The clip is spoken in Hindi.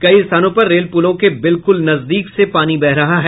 कई स्थानों पर रेल पुलों के बिल्कुल नदजीक से पानी बह रहा है